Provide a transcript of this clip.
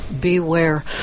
beware